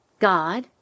God